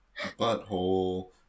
Butthole